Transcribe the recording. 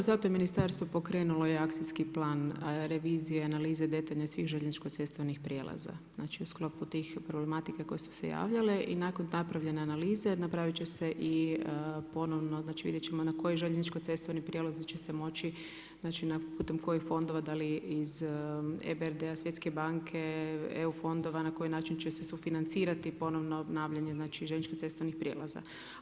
Upravo zato je ministarstvo pokrenulo akcijski plan revizije i analize detaljne svih željezničko cestovnih prijelaza u sklopu te problematike koje su se javljale i nakon te napravljene analize napravit će se ponovno znači vidjet ćemo na koji željezničko cestovni prijelaz će se moći znači putem kojih fondova da li iz EBRD-a, Svjetske banke, eu fondova na koji način će se sufinancirati ponovno obnavljanje željezničkih cestovnih prijelaza.